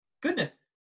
goodness